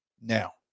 Now